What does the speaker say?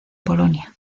polonia